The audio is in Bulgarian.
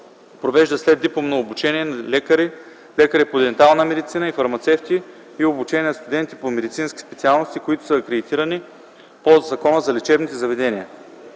провежда следдипломно обучение на лекари, лекари по дентална медицина и фармацевти и обучение на студенти по медицински специалности, които са акредитирани по Закона за лечебните заведения.